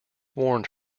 warned